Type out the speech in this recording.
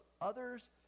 others